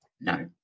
No